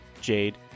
Jade